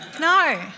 no